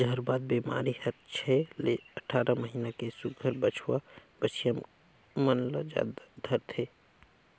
जहरबाद बेमारी हर छै ले अठारह महीना के सुग्घर बछवा बछिया मन ल जादा धरथे